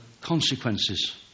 consequences